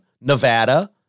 Nevada